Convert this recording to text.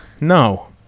No